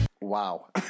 Wow